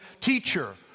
Teacher